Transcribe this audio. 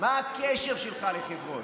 מה הקשר שלך לחברון?